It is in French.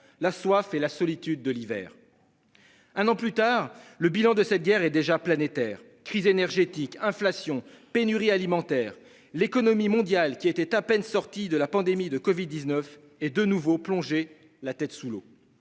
la soif et la solitude de l'hiver. Un an plus tard, le bilan de cette guerre et déjà planétaire. Crise énergétique, inflation, pénurie alimentaire. L'économie mondiale qui était à peine sortie de la pandémie de Covid-19 est de nouveau plongé la tête sous l'eau.